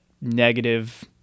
negative